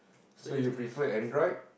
so you prefer Android